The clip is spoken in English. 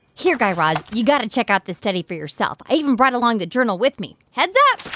here, guy raz. you've got to check out the study for yourself. i even brought along the journal with me. heads up